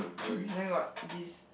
then got this